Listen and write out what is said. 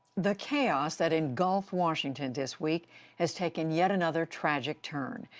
the chaos that engulfed washington this week has taken yet another tragic turn.